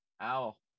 Owl